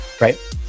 right